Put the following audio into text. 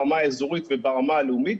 ברמה האזורית וברמה הלאומית.